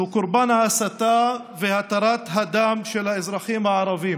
הוא קורבן ההסתה והתרת הדם של האזרחים הערבים.